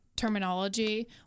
terminology